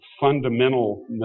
fundamental